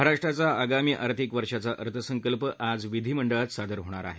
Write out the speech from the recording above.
महाराष्ट्राचा आगामी आर्थिक वर्षाचा अर्थसंकल्प आज विधिमंडळात सादर होणार आहे